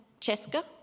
Cheska